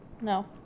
no